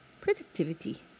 Productivity